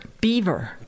Beaver